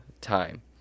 time